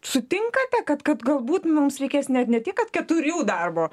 sutinkate kad kad galbūt mums reikės net ne tik kad keturių darbo